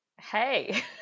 Hey